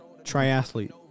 Triathlete